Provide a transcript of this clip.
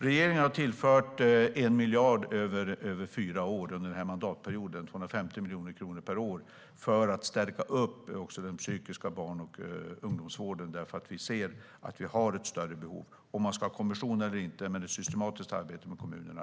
Regeringen har tillfört 1 miljard över fyra år, under den här mandatperioden - 250 miljoner kronor per år - för att stärka upp den psykiska barn och ungdomsvården. Vi ser nämligen att det finns ett större behov. Om det ska vara en kommission eller inte får vi se, men ja, det ska finnas ett systematiskt arbete med kommunerna.